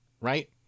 right